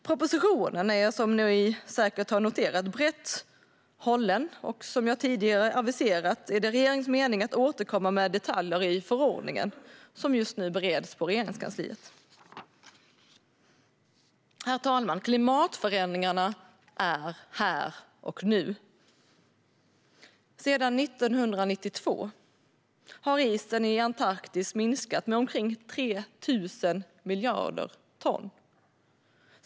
Propositionen är, som säkert har noterats, brett hållen. Och som jag tidigare har aviserat är det regeringens avsikt att återkomma med detaljer i den förordning som just nu bereds i Regeringskansliet. Herr talman! Klimatförändringarna pågår här och nu. Sedan 1992 har isen i Antarktis minskat med omkring 3 000 miljarder ton.